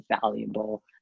valuable